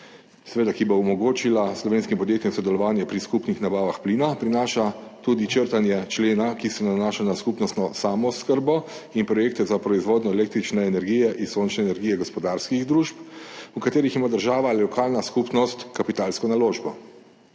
seveda omogočila slovenskim podjetjem sodelovanje pri skupnih nabavah plina, prinaša tudi črtanje člena, ki se nanaša na skupnostno samooskrbo in projekte za proizvodnjo električne energije iz sončne energije gospodarskih družb, v katerih ima država, lokalna skupnost kapitalsko naložbo.